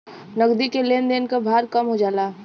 नगदी के लेन देन क भार कम हो जाला